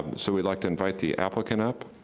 so we'd like to invite the applicant up.